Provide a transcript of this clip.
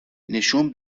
نشون